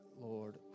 Lord